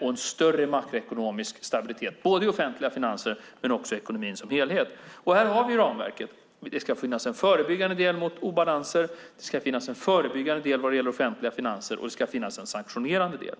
och en större makroekonomisk stabilitet, både i offentliga finanser och i ekonomin som helhet. Här har vi ramverket. Det ska finnas en förebyggande del mot obalanser. Det ska finnas en förebyggande del vad gäller offentliga finanser, och det ska finnas en sanktionerande del.